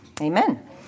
amen